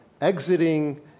exiting